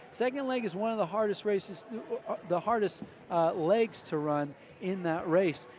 second leg is one of the hardest races the hardest legs to run in that race.